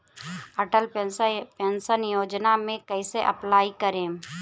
Atal pension Yojana मे कैसे apply करेम?